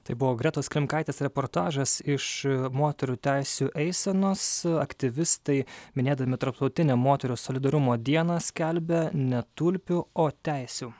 tai buvo gretos klimkaitės reportažas iš moterų teisių eisenos aktyvistai minėdami tarptautinę moterų solidarumo dieną skelbia ne tulpių o teisių